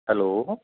hello